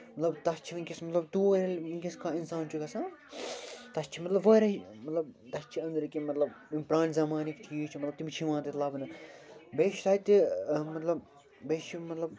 مطلب تَتھ چھِ وٕنۍکٮ۪س مطلب تور ییٚلہِ وٕنۍکٮ۪س کانہہ اِنسان چھُ گژھان تَتہِ چھِ مطلب واریاہ مطلب تَتہِ چھِ أندٕرۍ کِنۍ مطلب یِم پرٛٲنہِ زَمانٕکۍ چیٖز چھِ مطلب تِم چھِ یِوان تَتہِ لَبنہٕ بیٚیہِ چھِ تَتہِ مطلب بیٚیہِ چھِ یِم مطلب